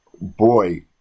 boy